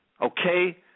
okay